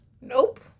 Nope